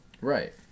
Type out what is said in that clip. right